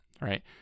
Right